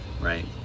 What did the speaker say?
right